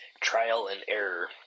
Trial-and-error